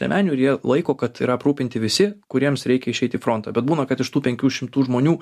liemenių ir jie laiko kad yra aprūpinti visi kuriems reikia išeit į frontą bet būna kad iš tų penkių šimtų žmonių